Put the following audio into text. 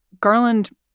Garland